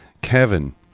Kevin